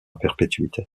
perpétuité